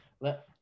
let